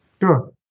Sure